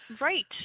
Right